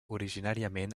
originàriament